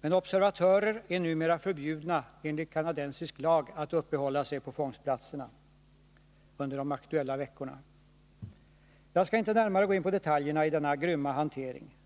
Men observatörer är numera förbjudna enligt kanadensisk lag att uppehålla sig på fångstplatserna under de aktuella veckorna. Jag skall inte närmare gå in på detaljerna i denna grymma hantering.